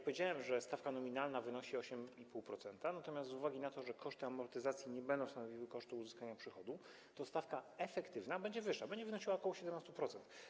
Powiedziałem, że stawka nominalna wynosi 8,5%, natomiast z uwagi na to, że koszty amortyzacji nie będą stanowiły kosztu uzyskania przychodu, stawka efektywna będzie wyższa, będzie wynosiła ok. 17%.